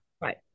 Right